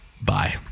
Bye